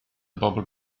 bobl